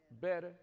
better